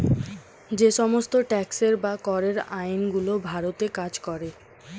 যে সমস্ত ট্যাক্সের বা করের আইন গুলো ভারতে কাজ করে